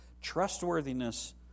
trustworthiness